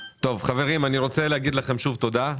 טוב, חברים, אני רוצה להגיד לכם שוב תודה.